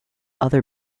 other